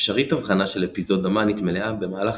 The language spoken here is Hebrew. אפשרית אבחנה של אפיזודה מאנית מלאה במהלך